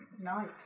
Night